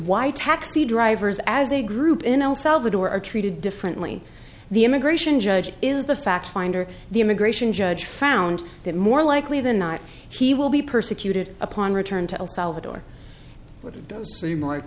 why taxi drivers as a group in el salvador are treated differently the immigration judge is the fact finder the immigration judge found that more likely than not he will be persecuted upon return to el salvador